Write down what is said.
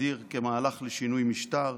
הגדיר כמהלך לשינוי משטר.